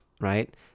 right